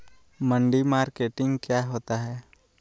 मंडी मार्केटिंग क्या होता है?